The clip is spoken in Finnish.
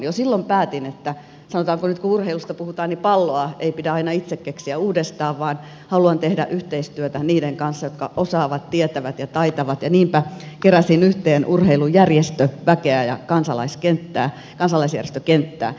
jo silloin päätin sanotaanko nyt kun urheilusta puhutaan että palloa ei pidä aina itse keksiä uudestaan vaan haluan tehdä yhteistyötä niiden kanssa jotka osaavat tietävät ja taitavat ja niinpä keräsin yhteen urheilujärjestöväkeä ja kansalaiskenttää kansalaisjärjestökenttää